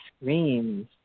screams